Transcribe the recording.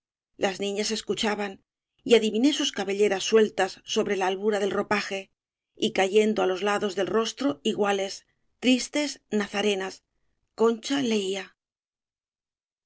las niñas escuchaban y adiviné sus cabelleras sueltas sobre la albura del ropaje y cayendo á los lados del rostro iguales tristes nazarenas concha leía